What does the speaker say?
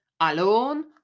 alone